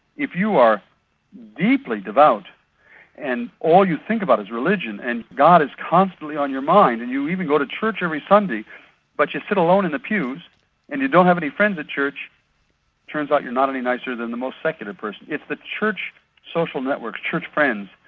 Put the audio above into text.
if you are deeply devout and all you think about is religion and god is constantly on your mind and you even go to church every sunday but you sit alone in the pews and you don't have any friends at church, it turns out you're not any nicer than the most secular person. it's the church social networks, church friends,